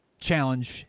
challenge